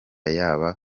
yaba